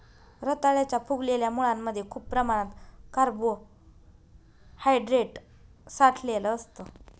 रताळ्याच्या फुगलेल्या मुळांमध्ये खूप प्रमाणात कार्बोहायड्रेट साठलेलं असतं